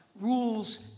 rules